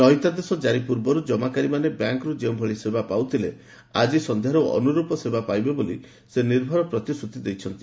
ରହିତାଦେଶ ଜାରି ପୂର୍ବରୁ ଜମାକାରୀମାନେ ବ୍ୟାଙ୍କରୁ ଯେଉଁଭଳି ସେବା ପାଉଥିଲେ ଆଜି ସନ୍ଧ୍ୟାରୁ ଅନୁରୂପ ସେବା ପାଇବେ ବୋଲି ସେ ନିର୍ଭର ପ୍ରତିଶ୍ରୁତି ଦେଇଛନ୍ତି